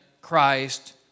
Christ